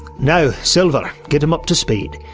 now, silver, get him up to speed.